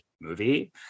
movie